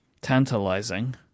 tantalizing